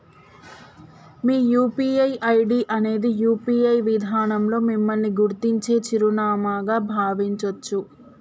మీ UPI ID అనేది UPI విధానంలో మిమ్మల్ని గుర్తించే చిరునామాగా భావించొచ్చు